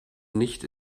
nicht